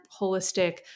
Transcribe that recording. holistic